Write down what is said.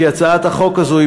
כי הצעת החוק הזאת,